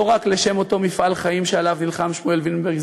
לא רק לשם אותו מפעל חיים שעליו נלחם שמואל וילנברג,